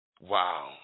Wow